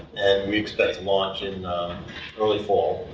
and we expect to launch in early fall.